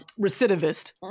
recidivist